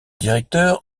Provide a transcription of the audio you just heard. directeur